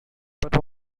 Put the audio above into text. but